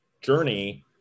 journey